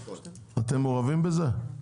אתם מעורבים בזה?